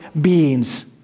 beings